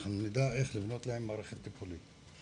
אנחנו נדע איך לבנות להם מערכת טיפולית.